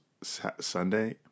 Sunday